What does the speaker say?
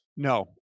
No